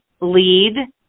Lead